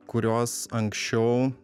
kurios anksčiau